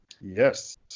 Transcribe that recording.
yes